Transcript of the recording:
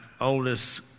oldest